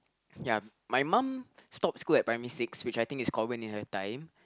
ya my mum stopped school at primary six which I think was common in her time